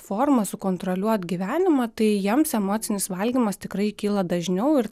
formą sukontroliuot gyvenimą tai jiems emocinis valgymas tikrai kyla dažniau ir